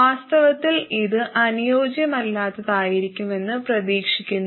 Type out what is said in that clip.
വാസ്തവത്തിൽ ഇത് അനുയോജ്യമല്ലാത്തതായിരിക്കുമെന്ന് പ്രതീക്ഷിക്കുന്നു